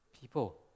people